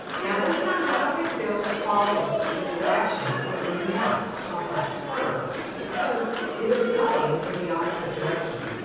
this time we're not going to be able to follow the direction or the nap of that fur because it is going in the opposite direction.